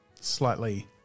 slightly